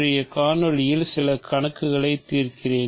இன்றைய காணொளியில் சில கணக்குகளைத் தீர்க்கிறேன்